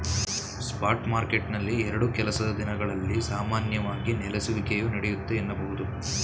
spot ಮಾರ್ಕೆಟ್ನಲ್ಲಿ ಎರಡು ಕೆಲಸದ ದಿನಗಳಲ್ಲಿ ಸಾಮಾನ್ಯವಾಗಿ ನೆಲೆಸುವಿಕೆಯು ನಡೆಯುತ್ತೆ ಎನ್ನಬಹುದು